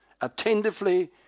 attentively